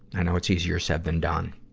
i know it's easier said than done.